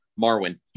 Marwin